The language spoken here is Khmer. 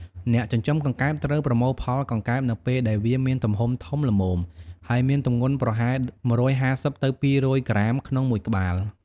អ្នកចិញ្ចឹមកង្កែបត្រូវប្រមូលផលកង្កែបនៅពេលដែលវាមានទំហំធំល្មម ហើយមានទម្ងន់ប្រហែល ១៥០ ទៅ ២០០ ក្រាមក្នុងមួយក្បាល។